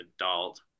adult